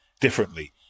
differently